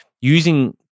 using